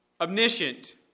omniscient